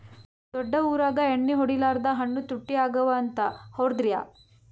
ದೊಡ್ಡ ಊರಾಗ ಎಣ್ಣಿ ಹೊಡಿಲಾರ್ದ ಹಣ್ಣು ತುಟ್ಟಿ ಅಗವ ಅಂತ, ಹೌದ್ರ್ಯಾ?